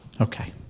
okay